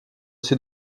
ses